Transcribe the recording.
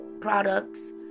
products